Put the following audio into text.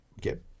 get